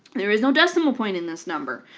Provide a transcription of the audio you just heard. there is no decimal point in this number.